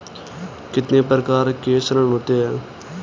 कितने प्रकार के ऋण होते हैं?